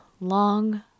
long